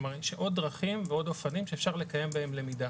כלומר יש עוד דרכים ועוד אופנים שאפשר לקיים בהם למידה